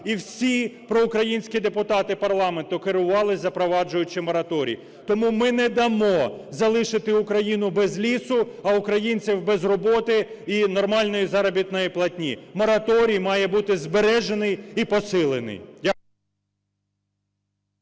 і всі проукраїнські депутати парламенту керувались, запроваджуючи мораторій. Тому ми не дамо залишити Україну без лісу, а українців – без роботи і нормальної заробітної платні. Мораторій має бути збережений і посилений.